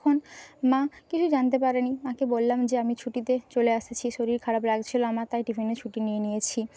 তখন মা কিছু জানতে পারে নি মাকে বললাম যে আমি ছুটিতে চলে আসছি শরীর খারাপ লাগছিলো আমার তাই টিফিনে ছুটি নিয়ে নিয়েছি